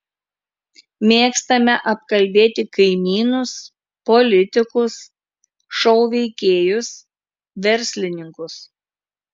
mėgstame apkalbėti kaimynus politikus šou veikėjus verslininkus